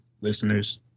listeners